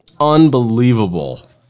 Unbelievable